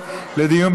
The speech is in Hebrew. התשע"ט 2018,